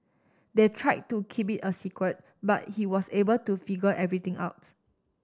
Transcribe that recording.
they tried to keep it a secret but he was able to figure everything out